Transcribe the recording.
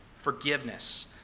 forgiveness